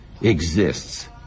exists